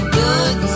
good